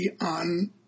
on